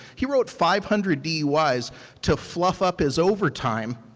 he wrote five hundred duis to fluff up his overtime